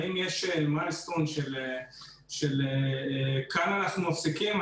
האם יש אבן דרך של כאן אנחנו מפסיקים?